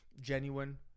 Genuine